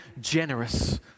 generous